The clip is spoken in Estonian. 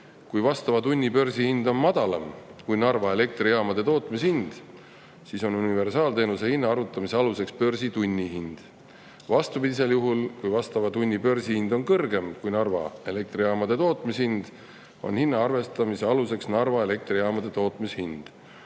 Kui vastava tunni börsihind on madalam kui Narva Elektrijaamade tootmishind, siis on universaalteenuse hinna arvutamise aluseks börsi tunnihind. Vastupidisel juhul, kui vastava tunni börsihind on kõrgem kui Narva Elektrijaamade tootmishind, on hinna arvestamise aluseks Narva Elektrijaamade tootmishind.